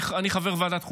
אני חבר בוועדת החוקה.